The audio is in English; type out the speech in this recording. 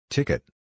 Ticket